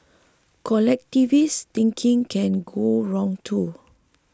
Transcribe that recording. collectivist thinking can go wrong too